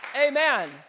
Amen